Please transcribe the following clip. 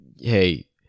hey